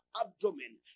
abdomen